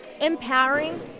empowering